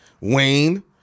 Wayne